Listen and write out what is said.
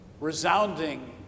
resounding